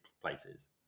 places